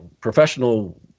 professional